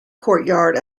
courtyard